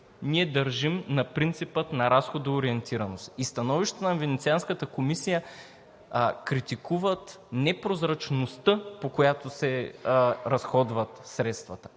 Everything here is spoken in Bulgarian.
ние държим на принципа на разходоориентираност. В становището на Венецианската комисия критикуват непрозрачността, по която се разходват средствата,